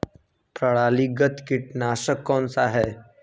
प्रणालीगत कीटनाशक कौन सा है?